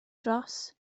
dros